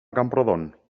camprodon